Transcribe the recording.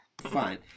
Fine